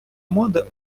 моди